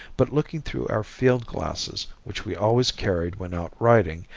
but looking through our field glasses, which we always carried when out riding,